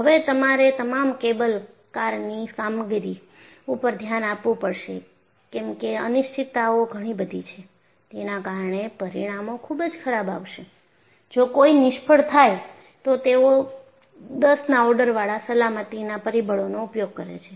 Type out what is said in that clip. હવે તમારે તમામ કેબલ કારની કામગીરી ઉપર ધ્યાન આપવું પડશે કેમકે અનિશ્ચિતતાઓ ઘણી બધી છે તેના કારણે પરિણામો ખૂબ જ ખરાબ આવશે જો કોઈ નિષ્ફળ થાય તો તેઓ દસના ઓર્ડરવાળા સલામતીના પરિબળનો ઉપયોગ કરે છે